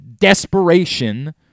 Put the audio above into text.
desperation